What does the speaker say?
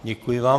Děkuji vám.